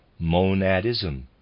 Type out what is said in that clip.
monadism